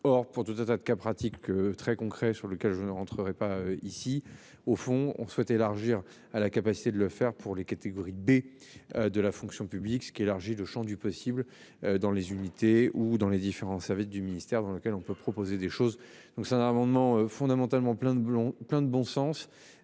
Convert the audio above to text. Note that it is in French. Or, pour tout un tas de cas pratiques très concrets sur lequel je ne rentrerai pas ici au fond on souhaite élargir à la capacité de le faire pour les catégories B. De la fonction publique, ce qui élargit le Champ du possible dans les unités ou dans les différents services du ministère dans lequel on peut proposer des choses donc c'est un amendement fondamentalement plein de blond